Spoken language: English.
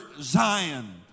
Zion